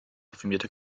reformierte